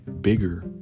bigger